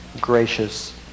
gracious